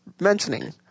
mentioning